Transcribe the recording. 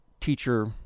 teacher